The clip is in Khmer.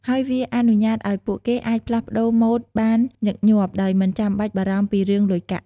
ហើយវាអនុញ្ញាតឱ្យពួកគេអាចផ្លាស់ប្ដូរម៉ូដបានញឹកញាប់ដោយមិនចាំបាច់បារម្ភពីរឿងលុយកាក់។